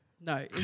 No